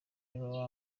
w’umupira